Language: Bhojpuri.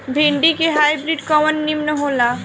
भिन्डी के हाइब्रिड कवन नीमन हो ला?